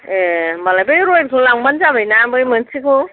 ए होम्बालाय बे रयेलखौ लांबानो जाबायना बै मोनसेखौ